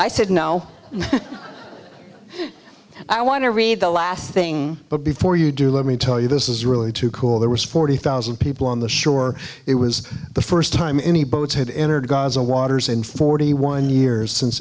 i said no i want to read the last thing before you do let me tell you this is really too cool there was forty thousand people on the shore it was the first time any boats had entered gaza waters in forty one years since